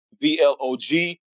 V-L-O-G